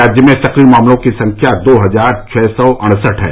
राज्य में सक्रिय मामलों की संख्या दो हजार छः सौ अड़सठ है